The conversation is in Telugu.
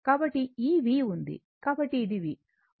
కాబట్టి ఈ V ఉంది కాబట్టి ఇది V